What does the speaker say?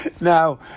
Now